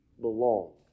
belong